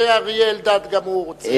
ואריה אלדד גם הוא רוצה.